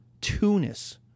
Tunis